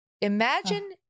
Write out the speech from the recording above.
imagine